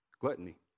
gluttony